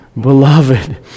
Beloved